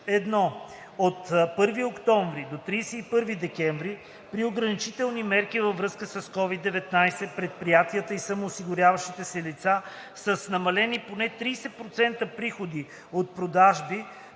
10.1. от 1 октомври до 31 декември, при ограничителни мерки във връзка с COVID-19, предприятията и самоосигуряващите се лица с намалени поне 30% приходи от продажби